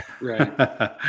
Right